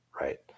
right